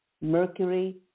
Mercury